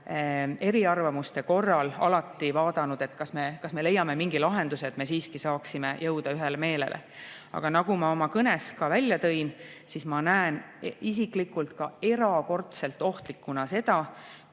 eriarvamuste korral alati vaadanud, kas me leiame mingi lahenduse, et me siiski saaksime jõuda ühele meelele. Aga nagu ma oma kõnes ka välja tõin, ma isiklikult näen erakordselt ohtlikuna seda,